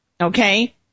Okay